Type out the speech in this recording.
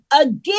again